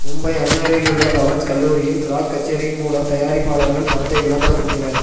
மும்பை அந்தேரியில் உள்ள பவன்ஸ் கல்லூரியில் ராக் கச்சேரியின் மூலம் தயாரிப்பாளர்கள் படத்தை விளம்பரப்படுத்தினர்